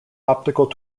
optical